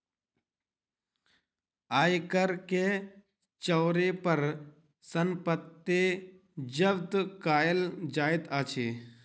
आय कर के चोरी पर संपत्ति जब्त कएल जाइत अछि